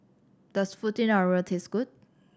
does Fettuccine Alfredo taste good